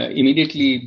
immediately